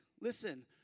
Listen